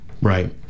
Right